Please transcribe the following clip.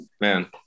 man